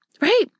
right